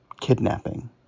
kidnapping